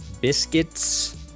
biscuits